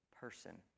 person